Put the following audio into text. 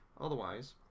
otherwise